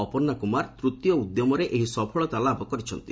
ଅପର୍ଣ୍ଣା କୁମାର ତୃତୀୟ ଉଦ୍ୟମରେ ଏହି ସଫଳତା ଲାଭ କରିଛନ୍ତି